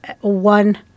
one